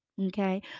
okay